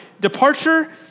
departure